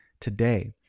today